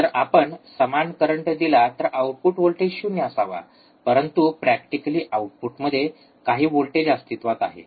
जर आपण समान करंट दिला तर आउटपुट व्होल्टेज शून्य असावा परंतु प्रॅक्टिकली आउटपुटमध्ये काही व्होल्टेज अस्तित्वात आहे